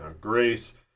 grace